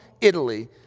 Italy